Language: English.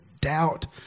doubt